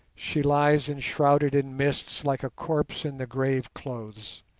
she lies enshrouded in mists like a corpse in the grave-clothes,